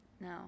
No